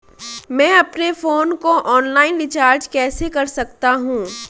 मैं अपने फोन को ऑनलाइन रीचार्ज कैसे कर सकता हूं?